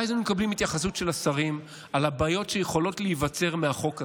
ואז היינו מקבלים התייחסות של השרים לבעיות שיכולות להיווצר מהחוק הזה.